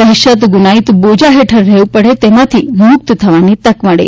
દહેશત ગુનાહિત બોજા હેઠળ રહેવું પડે છે તેમાંથી મુકત થવાની તક મળે